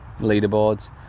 leaderboards